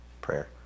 Prayer